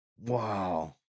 Wow